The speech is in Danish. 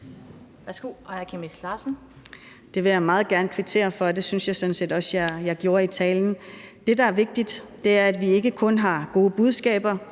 Det vil jeg meget gerne kvittere for, og det synes jeg sådan set også jeg gjorde i talen. Det, der er vigtigt, er, at vi ikke kun har gode budskaber,